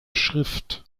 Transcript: schrift